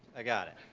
i got it.